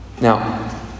Now